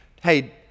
Hey